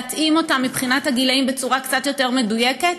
להתאים אותן לגילאים בצורה קצת יותר מדויקת